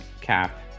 Cap